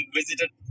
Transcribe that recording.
visited